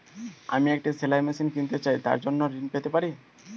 আমি একটি সেলাই মেশিন কিনতে চাই তার জন্য ঋণ পেতে পারি?